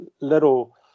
little